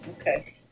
Okay